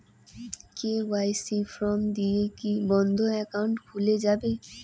KYC form দিয়ে কি বন্ধ একাউন্ট খুলে যাবে?